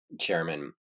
Chairman